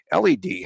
LED